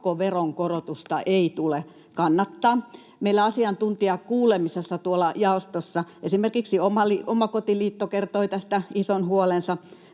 tätä pakkoveron korotusta ei tule kannattaa. Meillä asiantuntijakuulemisessa tuolla jaostossa esimerkiksi Omakotiliitto kertoi tästä ison huolensa.